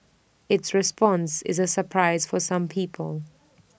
its response is A surprise for some people